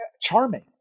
charming